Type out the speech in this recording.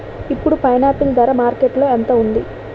ఇప్పుడు పైనాపిల్ ధర మార్కెట్లో ఎంత ఉంది?